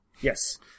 Yes